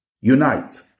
unite